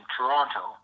Toronto